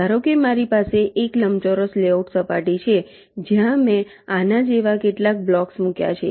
ધારો કે મારી પાસે એક લંબચોરસ લેઆઉટ સપાટી છે જ્યાં મેં આના જેવા કેટલાક બ્લોક્સ મૂક્યા છે